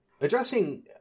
addressing